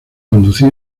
conducir